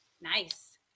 Nice